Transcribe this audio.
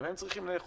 גם הם צריכים לאכול,